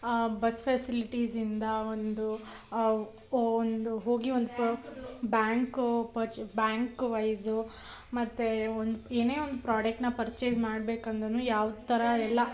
bus ಫೆಸಿಲಿಟೀಸಿಂದ ಒಂದು ಒಂದು ಹೋಗಿ ಒಂದು ಪ ಬ್ಯಾಂಕ್ ಓ ಪಚ್ ಬ್ಯಾಂಕವೈಸು ಮತ್ತು ಒಂದು ಏನೇ ಒಂದು ಪ್ರಾಡಕ್ಟನ್ನ ಪರ್ಚೇಸ್ ಮಾಡ್ಬೇಕಂದ್ರೂ ಯಾವ ಥರ ಎಲ್ಲ